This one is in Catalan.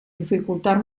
dificultar